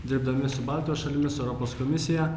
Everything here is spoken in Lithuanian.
dirbdami su baltijos šalimis su europos komisija